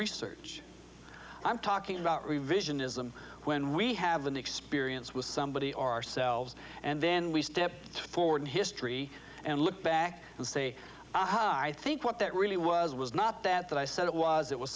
research i'm talking about revisionism when we have an experience with somebody ourselves and then we step forward in history and look back and say aha i think what that really was was not that that i said it was